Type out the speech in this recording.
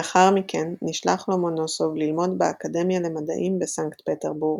לאחר-מכן נשלח לומונוסוב ללמוד באקדמיה למדעים בסנקט פטרבורג.